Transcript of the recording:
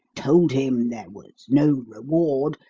told him there was no reward,